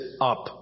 up